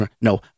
no